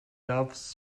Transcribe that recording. doves